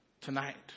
Tonight